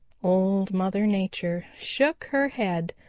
old mother nature shook her head.